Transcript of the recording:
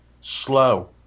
slow